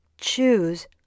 choose